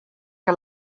que